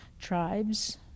tribes